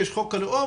יש חוק הלאום